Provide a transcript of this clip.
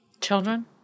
Children